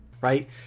Right